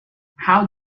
how